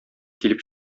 килеп